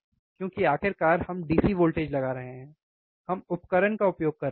क्योंकि आखिरकार हम DC वोल्टेज लगा रहें हैं हम उपकरण का उपयोग कर रहे हैं